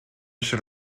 ser